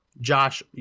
Josh